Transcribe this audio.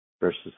versus